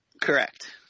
Correct